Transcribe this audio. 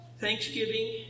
Thanksgiving